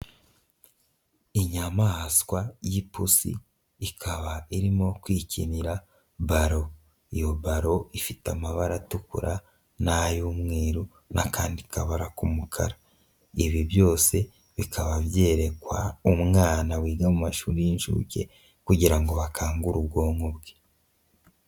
Inyamaswa y'ipusi, ikaba irimo kwikinira ballon, iyo ballon ifite amabara atukura n'ay'umweru n'akandi kabara k'umukara, ibi byose bikaba byerekwa umwana wiga mu mashuri y'inshuke kugira ngo bakangure ubwonko bwe.